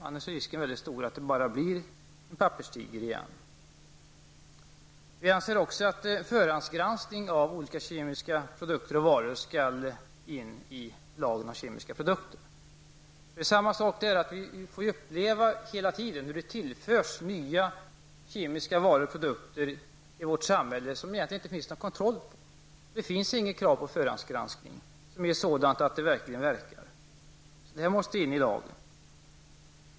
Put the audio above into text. Annars är risken stor för att den bara blir en papperstiger. Vi anser också att förhandsgranskning av olika kemiska produkter och varor skall föreskrivas i lagen om kemiska produkter. Vi får hela tiden uppleva hur det tillförs nya kemiska varor och produkter i vårt samhälle, vilka det egentligen inte finns någon kontroll på. Det finns inget krav på förhandsgranskning som verkligen fungerar.